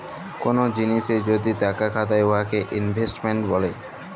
call জিলিসে যদি টাকা খাটায় উয়াকে ইলভেস্টমেল্ট ব্যলে